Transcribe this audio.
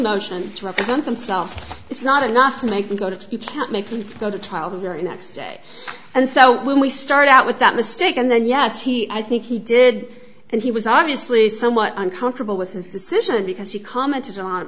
motion to represent themselves it's not enough to make them go to you can't make me go to trial the very next day and so when we start out with that mistake and then yes he i think he did and he was obviously somewhat uncomfortable with his decision because he commented on